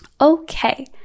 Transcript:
okay